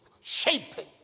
shaping